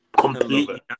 completely